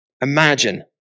Imagine